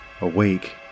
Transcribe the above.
Awake